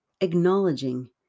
acknowledging